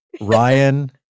Ryan